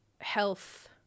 health